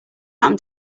happen